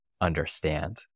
understand